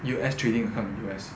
U_S trading account in U_S